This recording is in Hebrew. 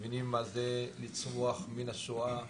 מבינים מה זה לצומח מן השואה,